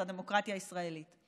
וזה הדמוקרטיה הישראלית.